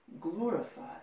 glorified